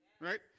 Right